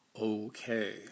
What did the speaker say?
okay